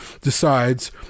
decides